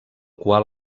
qual